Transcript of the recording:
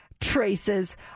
traces